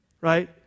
right